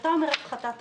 כשאתה אומר הפחתת אגרות,